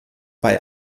bei